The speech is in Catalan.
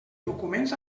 documents